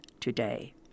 today